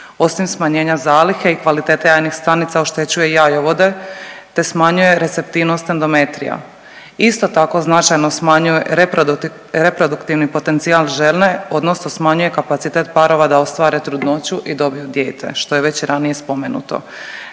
Osim smanjenja zalihe i kvalitete jajnih stanica oštećuje i jajovode, te smanjuje receptivnost endometrija. Isto tako značajno smanjuje reproduktivni potencijal žene odnosno smanjuje kapacitet parova da ostvare trudnoću i dobiju dijete, što je već i ranije spomenuto.